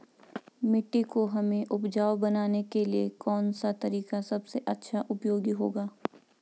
मिट्टी को हमें उपजाऊ बनाने के लिए कौन सा तरीका सबसे अच्छा उपयोगी होगा?